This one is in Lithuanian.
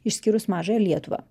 išskyrus mažąją lietuvą